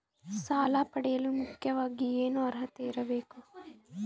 ಸಾಲ ಪಡೆಯಲು ಮುಖ್ಯವಾಗಿ ಏನು ಅರ್ಹತೆ ಇರಬೇಕು?